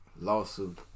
Lawsuit